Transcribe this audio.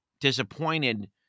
disappointed